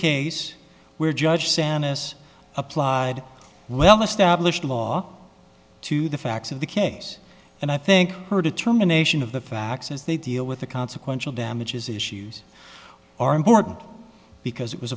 case where judge sanna's applied well established law to the facts of the case and i think her determination of the facts as they deal with the consequential damages issues are important because it was